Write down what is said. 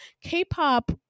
K-pop